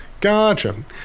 gotcha